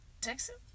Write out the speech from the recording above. Texas